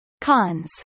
Cons